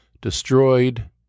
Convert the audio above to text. destroyed